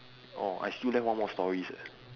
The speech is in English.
orh I still left one more stories eh